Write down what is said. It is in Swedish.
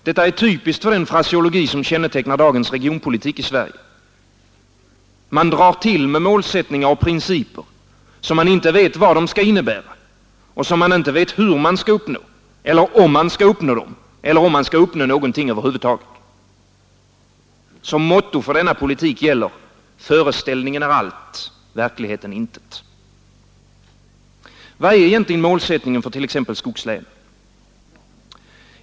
Detta är typiskt för den fraseologi som kännetecknar dagens regionpolitik i Sverige. Man drar till med målsättningar och principer som man inte vet vad de skall innebära och inte vet hur man skall uppnå dem eller om man kan uppnå dem eller om man kan uppnå någonting över huvud taget. Som motto för denna politik gäller: Föreställningen är allt, verkligheten intet. Vilken är egentligen målsättningen för t.ex. skogslänen?